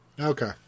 Okay